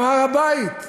גם הר-הבית,